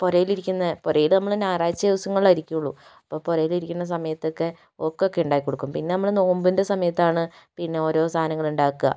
പുരയിലിരിക്കുന്ന പുരയില് നമ്മള് ഞായറാഴ്ച്ച ദിവസങ്ങളിലെ ഇരിക്കുകയുള്ളു അപ്പോൾ പുരയിൽ ഇരിക്കുന്ന സമയത്തൊക്കെ ഒക്കെ ഉണ്ടാക്കി കൊടുക്കും പിന്നെ നമ്മള് നോമ്പിൻ്റെ സമയത്താണ് പിന്നെ ഓരോ സാധനങ്ങളുണ്ടാക്കുക